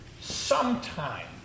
sometime